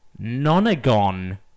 nonagon